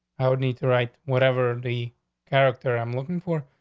i would need to write whatever the character i'm looking for.